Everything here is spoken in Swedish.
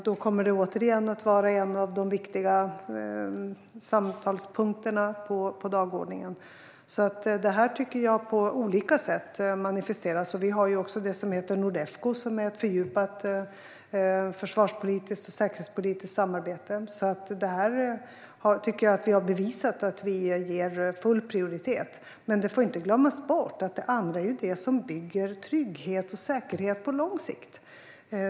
Då kommer detta återigen att vara en av viktiga samtalspunkterna på dagordningen. Jag tycker att detta på olika sätt manifesteras. Vi har också det som heter Nordefco, som är ett fördjupat försvars och säkerhetspolitiskt samarbete. Jag tycker att vi har bevisat att vi ger detta full prioritet. Men det får inte glömmas bort att det andra är det som bygger trygghet och säkerhet på lång sikt.